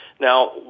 Now